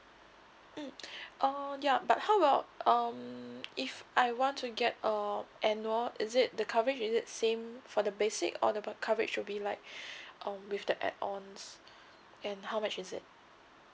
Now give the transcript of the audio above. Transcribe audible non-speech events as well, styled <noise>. mm oh ya but how about um if I want to get uh annual is it the coverage is it same for the basic or the coverage will be like <breath> uh with the add ons and how much is it